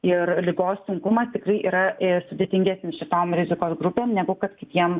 ir ligos sunkumas tikrai yra ir sudėtingesnis šitom rizikos grupėm negu kad kitiem